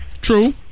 True